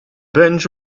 bench